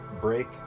break